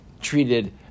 treated